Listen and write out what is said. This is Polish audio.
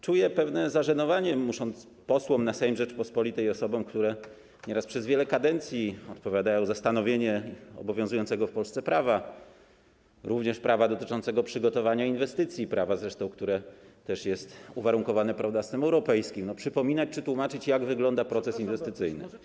Czuję pewne zażenowanie, musząc posłom na Sejm Rzeczypospolitej, osobom, które nieraz przez wiele kadencji odpowiadają za stanowienie obowiązującego w Polsce prawa, również prawa dotyczącego przygotowania inwestycji, prawa zresztą, które też jest uwarunkowane tym europejskim, przypominać czy tłumaczyć, jak wygląda proces inwestycyjny.